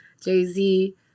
Jay-Z